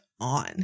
on